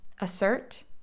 Assert